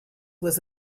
was